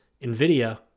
NVIDIA